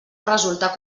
resultar